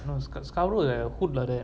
I don't know scarborough is like a hood like that